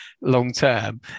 long-term